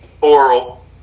Oral